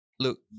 Look